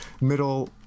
middle